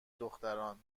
دختران